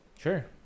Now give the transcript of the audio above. Sure